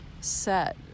set